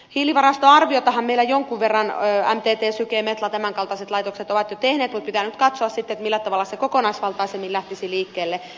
hiilivarastoarviotahan meillä jonkun verran on mtt syke ja metla tämän kaltaiset laitokset ovat jo tehneet mutta pitää nyt katsoa sitten millä tavalla se kokonaisvaltaisemmin lähtisi liikkeelle